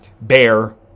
bear